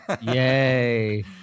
Yay